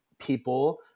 people